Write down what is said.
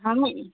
হয় নেকি